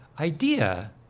idea